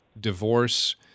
divorce